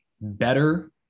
better